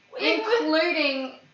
Including